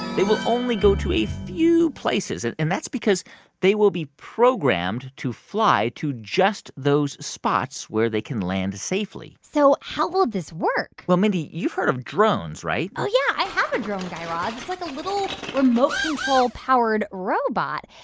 they will only go to a few places. and and that's because they will be programmed to fly to just those spots, where they can land safely so how will this work? well, mindy, you've heard of drones, right? oh, yeah. i have a drone, guy raz. it's like a little remote-control-powered robot.